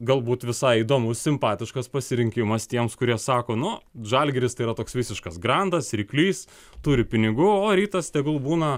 galbūt visai įdomus simpatiškas pasirinkimas tiems kurie sako nu žalgiris tai yra toks visiškas grandas ryklys turi pinigų o rytas tegul būna